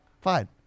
fine